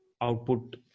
output